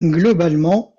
globalement